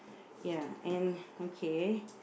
ya and okay